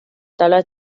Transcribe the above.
tablas